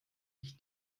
ich